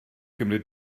gymryd